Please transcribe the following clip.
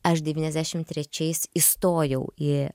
aš devyniasdešimt trečiais įstojau į